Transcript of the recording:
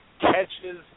catches